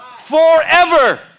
forever